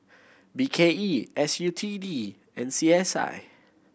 B K E S U T D and C S I